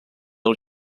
els